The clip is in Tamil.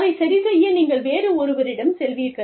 அதை சரிசெய்ய நீங்கள் வேறு ஒருவரிடம் செல்வீர்கள்